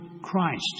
Christ